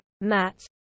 Matt